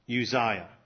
Uzziah